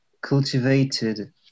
cultivated